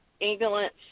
ambulance